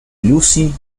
lucy